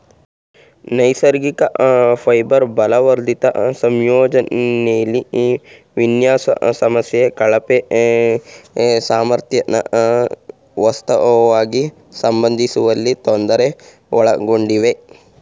ನೈಸರ್ಗಿಕ ಫೈಬರ್ ಬಲವರ್ಧಿತ ಸಂಯೋಜನೆಲಿ ವಿನ್ಯಾಸ ಸಮಸ್ಯೆ ಕಳಪೆ ಸಾಮರ್ಥ್ಯನ ವಾಸ್ತವವಾಗಿ ಬಂಧಿಸುವಲ್ಲಿ ತೊಂದರೆ ಒಳಗೊಂಡಿವೆ